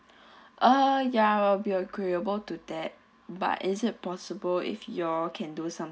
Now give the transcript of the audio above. uh ya will be agreeable to that but is it possible if you all can do some